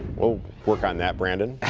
we'll work on that, brandon.